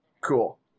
cool